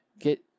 Get